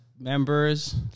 members